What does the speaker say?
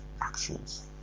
actions